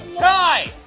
ty,